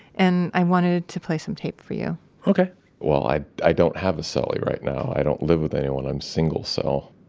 and i wanted to play some tape for you ok well, i, i don't have a so cellie right now. i don't live with anyone. i'm single cell